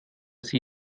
sie